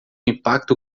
impacto